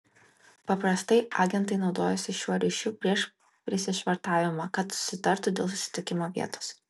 paprastai agentai naudojasi šiuo ryšiu prieš prisišvartavimą kad susitartų dėl susitikimo vietos